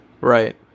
Right